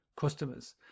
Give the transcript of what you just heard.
customers